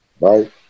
Right